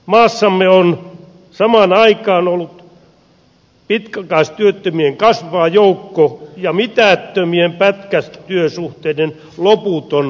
maassamme on samaan aikaan ollut pitkäaikaistyöttömien kasvava joukko ja mitättömien pätkätyösuhteiden loputon jatkumo hyvinvointi suomessa